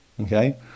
okay